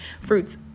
fruits